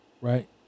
Right